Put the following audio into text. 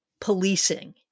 policing